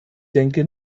denke